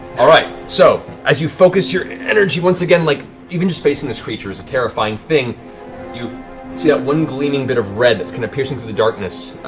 all right. so! as you focus your energy once again like even just facing this creature is a terrifying thing you see that one gleaming bit of red that's kind of piercing through the darkness.